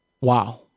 Wow